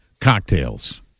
cocktails